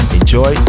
enjoy